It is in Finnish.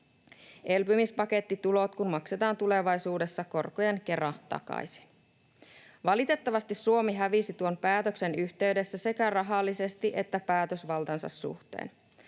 elpymispakettitulot kun maksetaan tulevaisuudessa korkojen kera takaisin. Valitettavasti Suomi hävisi tuon päätöksen yhteydessä sekä rahallisesti että päätösvaltansa suhteen.